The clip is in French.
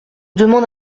demande